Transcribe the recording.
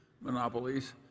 monopolies